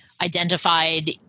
identified